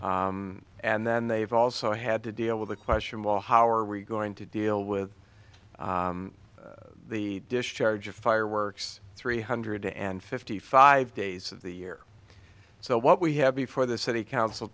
issue and then they've also had to deal with the question well how are we going to deal with the discharge of fireworks three hundred and fifty five days of the year so what we have before the city council